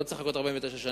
לא צריך לחכות 49 שנה.